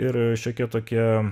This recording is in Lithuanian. ir šiokie tokie